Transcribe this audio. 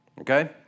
Okay